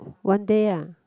one day ah